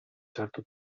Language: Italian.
certo